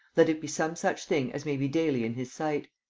let it be some such thing as may be daily in his sight.